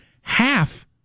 Half